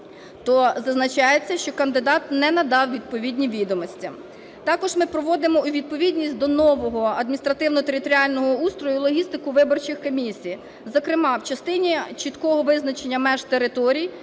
то зазначається, що кандидат не надав відповідні відомості. Також ми приводимо у відповідність до нового адміністративно-територіального устрою логістику виборчої комісії. Зокрема, в частині чіткого визначення меж територій,